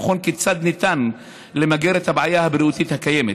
לבחון כיצד ניתן למגר את הבעיה הבריאותית הקיימת.